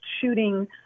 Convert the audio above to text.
shooting